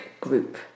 group